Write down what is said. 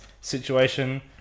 situation